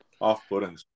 off-putting